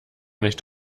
nicht